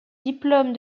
diplôme